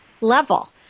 level